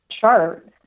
chart